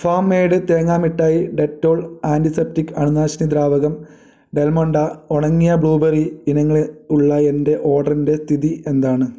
farm made തേങ്ങാ മിഠായി Dettol antiseptic അണുനാശിനി ദ്രാവകം ഡെൽമൊണ്ട ഉണങ്ങിയ ബ്ലൂബെറി ഇനങ്ങളിൽ ഉള്ള എന്റെ ഓർഡറിന്റെ സ്ഥിതി എന്താണ്